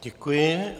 Děkuji.